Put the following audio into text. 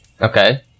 Okay